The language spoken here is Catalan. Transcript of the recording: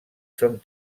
són